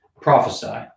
Prophesy